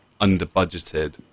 under-budgeted